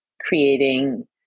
creating